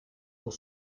pour